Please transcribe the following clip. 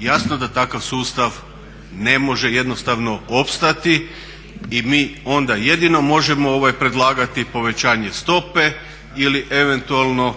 jasno da takav sustav ne može jednostavno opstati i mi onda jedino možemo predlagati povećanje stope ili eventualno